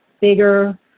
bigger